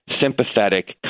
sympathetic